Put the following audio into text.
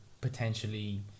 potentially